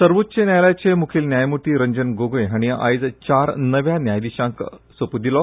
सर्वोच्च न्यायालयाचे मुखेल न्यायमूर्ती रंजन गोगोय हांणी आयज चार नव्या न्यायाधिशांक सोपूत दिलो